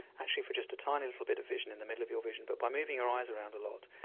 actually for just a tiny little bit of vision in the middle of your vision. but by moving your eyes around a lot,